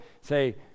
say